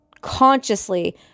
consciously